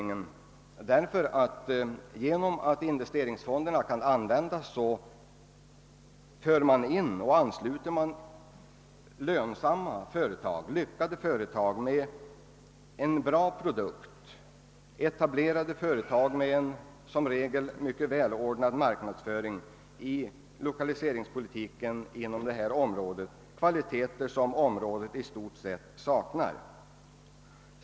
Genom att investeringsfonderna kan användas, för man in och ansluter lönsamma, lyckade företag med bra produkter, etablerade företag med som regel mycket välordnad marknadsföring, i lokaliseringspolitiken inom detta område. Det gäller kvaliteter som området i stort sett saknar.